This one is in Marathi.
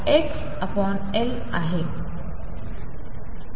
कसे ठरवू